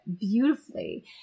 beautifully